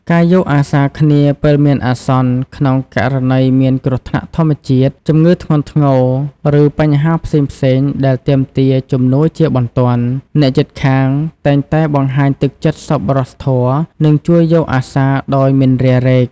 ការយកអាសារគ្នាពេលមានអាសន្ន ក្នុងករណីមានគ្រោះធម្មជាតិ ជម្ងឺធ្ងន់ធ្ងរ ឬបញ្ហាផ្សេងៗដែលទាមទារជំនួយជាបន្ទាន់ អ្នកជិតខាងតែងតែបង្ហាញទឹកចិត្តសប្បុរសធម៌ និងជួយយកអាសារដោយមិនរារែក។